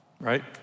right